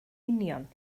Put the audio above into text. union